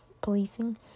policing